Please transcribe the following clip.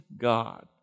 God